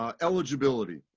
Eligibility